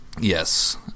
Yes